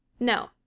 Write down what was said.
no,